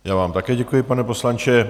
Já vám také děkuji, pane poslanče.